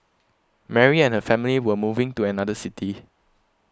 Mary and her family were moving to another city